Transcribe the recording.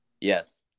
Yes